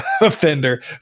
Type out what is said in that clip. offender